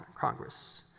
Congress